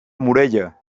morella